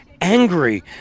angry